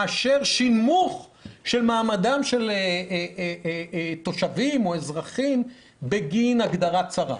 מאשר שנמוך מעמדם של תושבים או אזרחים בגין הגדרה צרה.